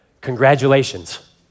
Congratulations